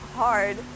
hard